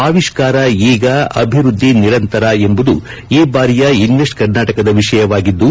ಅವಿಷ್ಕಾರ ಈಗ ಅಭಿವೃದ್ದಿ ನಿರಂತರ ಎಂಬುದು ಈ ಬಾರಿಯ ಇನ್ನೆಸ್ಟ್ ಕರ್ನಾಟಕದ ವಿಷಯವಾಗಿದ್ದು